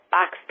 Box